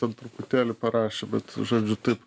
ten truputėlį parašė bet žodžiu taip